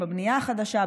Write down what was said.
בבנייה חדשה,